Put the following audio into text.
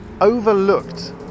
overlooked